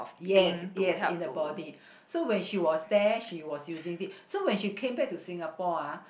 yes yes in a body so when she was there she was using this so when she came back to Singapore ah